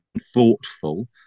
thoughtful